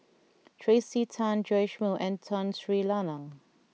Tracey Tan Joash Moo and Tun Sri Lanang